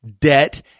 debt